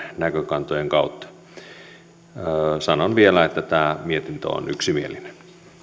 näkökantojen kautta sanon vielä että tämä mietintö on yksimielinen